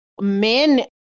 men